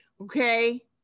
Okay